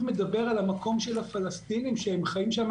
מדבר על המקום של הפלסטינים שהם חיים שם.